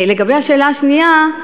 לגבי השאלה השנייה,